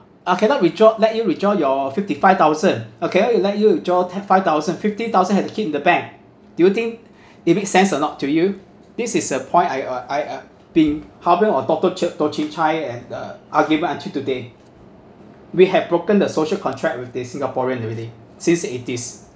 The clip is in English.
uh cannot withdraw let you withdraw your fifty five thousand okay we let you withdraw te~ five thousand fifty thousand have to keep in the bank do you think it makes sense or not to you this is a point I uh I uh been harping on doctor ch~ Toh Chin Chye and the argument until today we have broken the social contract with the singaporean already since the eighties